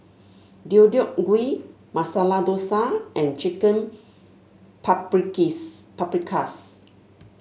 Deodeok Gui Masala Dosa and Chicken Paprikis Paprikas